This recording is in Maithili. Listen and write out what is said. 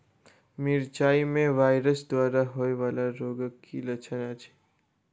मिरचाई मे वायरस द्वारा होइ वला रोगक की लक्षण अछि?